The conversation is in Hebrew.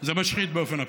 זה משחית באופן אבסולוטי.